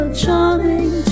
charming